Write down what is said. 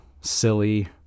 silly